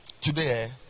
Today